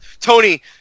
Tony